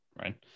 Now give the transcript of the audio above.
right